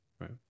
right